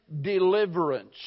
deliverance